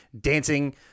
dancing